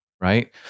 right